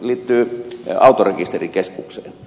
se liittyy autorekisterikeskukseen